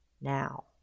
now